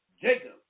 Jacob